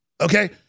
Okay